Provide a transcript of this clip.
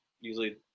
usually